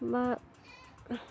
বা